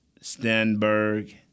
Stenberg